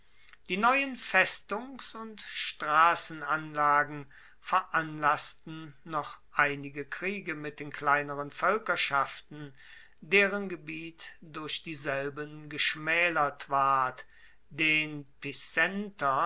die neuen festungs und strassenanlagen veranlassten noch einige kriege mit den kleinen voelkerschaften deren gebiet durch dieselben geschmaelert ward den